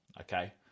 okay